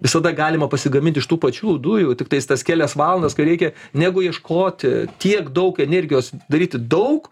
visada galima pasigamint iš tų pačių dujų tiktais tas kelias valandas kai reikia negu ieškoti tiek daug energijos daryti daug